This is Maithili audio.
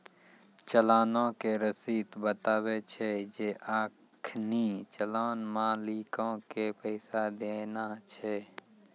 चलानो के रशीद बताबै छै जे अखनि चलान मालिको के पैसा देना छै